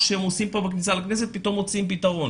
שעושים בכניסה לכנסת פתאום מוצאים פתרון.